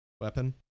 weapon